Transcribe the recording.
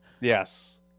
Yes